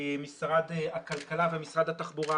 משרד הכלכלה ומשרד התחבורה.